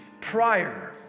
prior